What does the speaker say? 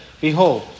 Behold